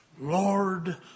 Lord